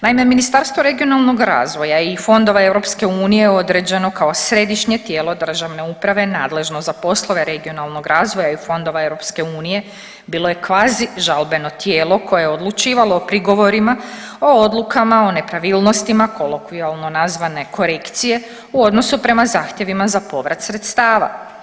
Naime, Ministarstvo regionalnog razvoja i fondova EU određeno je kao središnje tijelo državne uprave nadležno za poslove regionalnog razvoja i fondova EU bilo je kvazi žalbeno tijelo koje je odlučivalo o prigovorima, o odlukama, o nepravilnostima kolokvijalno nazvane korekcije u odnosu prema zahtjevima za povrat sredstava.